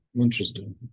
Interesting